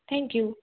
thank you